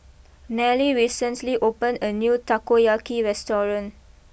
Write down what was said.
Nellie recently opened a new Takoyaki restaurant